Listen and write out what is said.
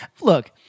Look